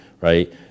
right